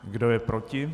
Kdo je proti?